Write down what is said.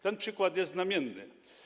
Ten przykład jest znamienny.